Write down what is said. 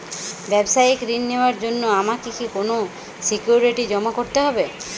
ব্যাবসায়িক ঋণ নেওয়ার জন্য আমাকে কি কোনো সিকিউরিটি জমা করতে হবে?